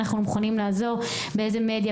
אנחנו מוכנים לעזור באיזה מדיה,